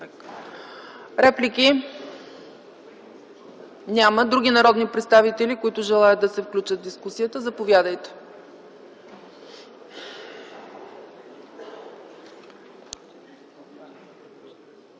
реплики? Няма. Други народни представители, които желаят да се включат в дискусията? Заповядайте,